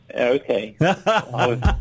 Okay